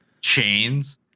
chains